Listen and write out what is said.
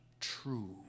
true